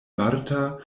marta